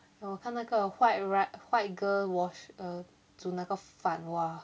oh 我看那个 white ri~ white girl wash err 煮那个饭 !wah!